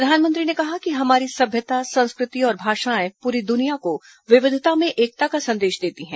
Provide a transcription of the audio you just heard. प्रधानमंत्री ने कहा कि हमारी सभ्यता संस्कृति और भाषाएं पूरी दुनिया को विविधता में एकता का संदेश देती हैं